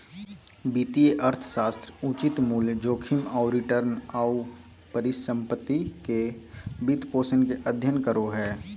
वित्तीय अर्थशास्त्र उचित मूल्य, जोखिम आऊ रिटर्न, आऊ परिसम्पत्ति के वित्तपोषण के अध्ययन करो हइ